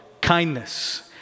kindness